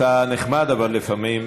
אתה נחמד, אבל לפעמים,